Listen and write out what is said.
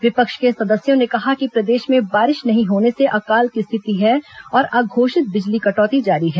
विपक्ष के सदस्यों ने कहा कि प्रदेश में बारिश नहीं होने से अकाल की रिथित है और अघोषित बिजली कटौती जारी है